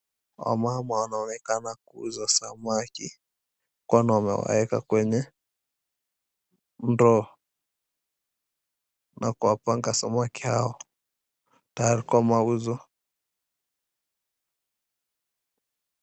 Wamama wanaonekana kuuza samaki kwani wamewaweka kwenye ndoo na kuwapanga samaki hao tayari kwa mauzo.